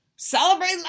Celebrate